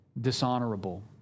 dishonorable